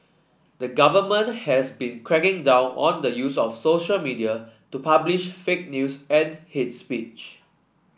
the government has been cracking down on the use of social media to publish fake news and hate speech